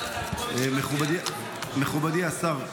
מכובדי השר,